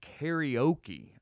karaoke